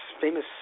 famous